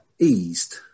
eased